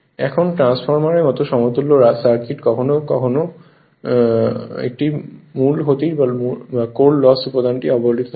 এখন ট্রান্সফরমারের মতো সমতুল্য সার্কিট কখন পাওয়া যাবে এর মূল ক্ষতির উপাদানটি অবহেলিত থাকে